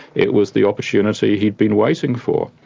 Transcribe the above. it was the opportunity he'd been waiting for.